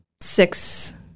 six